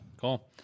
cool